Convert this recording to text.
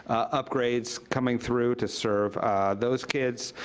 upgrades coming through to serve those kids,